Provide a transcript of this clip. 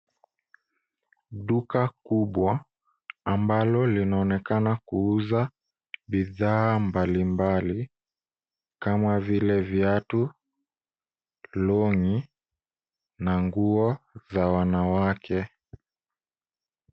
Duka kubwa ambalo linaonekana kuuza bidhaa mbalimbali kama vile viatu, longi na nguo za wanawake.